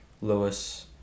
Lewis